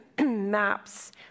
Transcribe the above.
maps